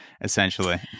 essentially